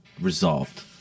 resolved